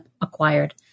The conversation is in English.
acquired